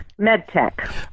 MedTech